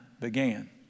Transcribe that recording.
began